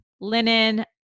linen